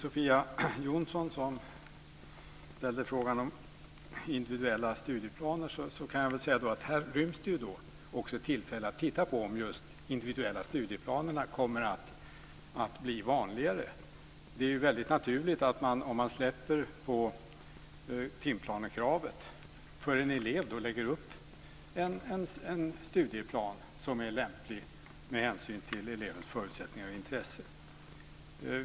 Sofia Jonsson ställde frågan om individuella studieplaner. Jag kan säga att här ryms också tillfälle att titta på om just individuella studieplaner kommer att bli vanligare. Det blir väldigt naturligt om man släpper på timplanekravet. För en elev lägger man upp en studieplan som är lämplig med hänsyn till elevens förutsättningar och intressen.